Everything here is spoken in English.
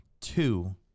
two